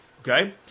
Okay